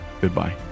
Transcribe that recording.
Goodbye